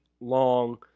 long